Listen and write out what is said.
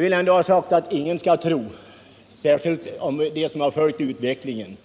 Vi som följt utvecklingen tror inte